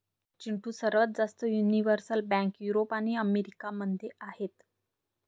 चिंटू, सर्वात जास्त universal bank Europe आणि अमेरिका मध्ये आहेत